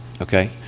Okay